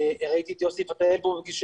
ראיתי את יוסי פתאל בפגישה,